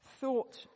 thought